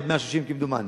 1.16 מיליארד, כמדומני,